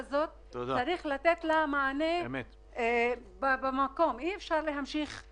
צריך לתת לנקודה הזאת מענה במקום, אי אפשר להגיד